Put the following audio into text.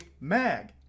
mag